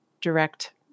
direct